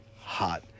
hot